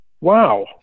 Wow